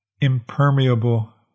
impermeable